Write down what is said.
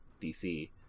DC